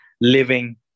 living